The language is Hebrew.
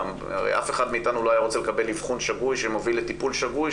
הרי אף אחד מאיתנו לא היה רוצה לקבל אבחון שגוי שמוביל לטיפול שגוי,